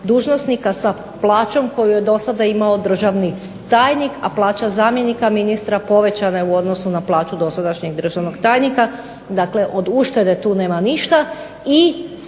dužnosnika sa plaćom koju je do sada imao državni tajnik, a plaća zamjenika ministra povećana je u odnosu na plaću dosadašnjeg državnog tajnika. Dakle, od uštede tu nema ništa.